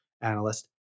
analyst